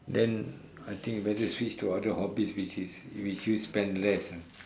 then I think better switch to other hobbies which is which you spend less ah